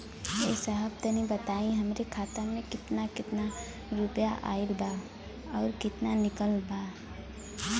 ए साहब तनि बताई हमरे खाता मे कितना केतना रुपया आईल बा अउर कितना निकलल बा?